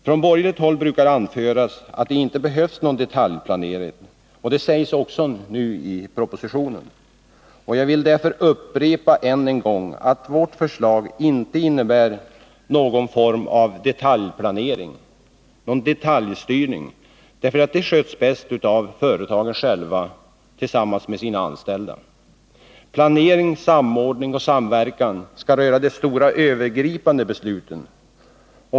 Från borgerligt håll brukar det anföras att det inte behövs någon detaljplanering, och det sägs också nu i propositionen. Jag vill därför upprepa än en gång att vårt förslag inte innebär någon form av detaljplanering, någon detaljstyrning — sådant sköter företagen bäst själva tillsammans med sina anställda. Planeringen, samordningen och samverkan skall röra de stora övergripande besluten.